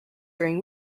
during